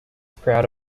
proud